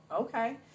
okay